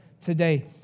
today